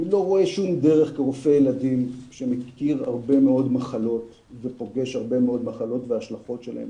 כרופא ילדים שמכיר הרבה מאוד מחלות והשלכות שלהן,